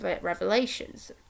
Revelations